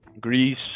Greece